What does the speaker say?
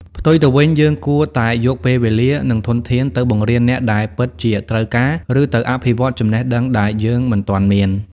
ផ្ទុយទៅវិញ យើងគួរតែយកពេលវេលា និងធនធានទៅបង្រៀនអ្នកដែលពិតជាត្រូវការ ឬទៅអភិវឌ្ឍចំណេះដឹងដែលយើងមិនទាន់មាន។